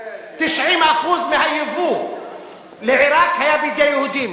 90% מהיבוא לעירק היה בידי יהודים,